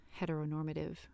heteronormative